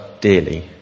dearly